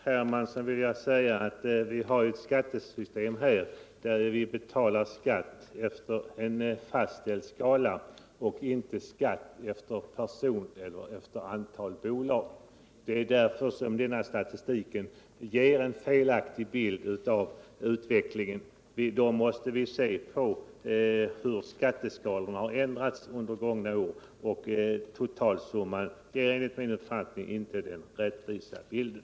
Herr talman! Till Carl-Henrik Hermansson vill jag säga alt vi har ett skattesystem här i landet som innebär att vi betalar skatt efter en fastställd skala och inte efter person eller efter antal bolag. Statistiken som lämnades här ger därför en felaktig bild av utvecklingen. Vi måste se på hur skatteskalorna har ändrats under gångna år — att endast se på totalsumman ger enligt min uppfattning inte en rättvisande bild.